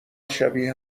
شبیه